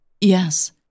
Yes